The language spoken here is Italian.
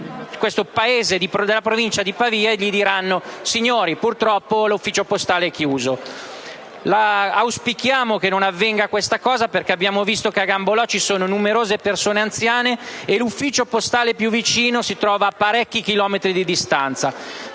questo paese in provincia di Pavia e diranno loro: signori, purtroppo l'ufficio postale è chiuso. Auspichiamo che questa cosa non avvenga, perché abbiamo visto che a Gambolò ci sono numerose persone anziane e l'ufficio postale più vicino si trova a parecchi chilometri di distanza.